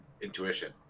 Intuition